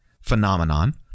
phenomenon